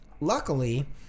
luckily